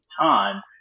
time